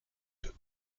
deux